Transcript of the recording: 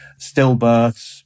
stillbirths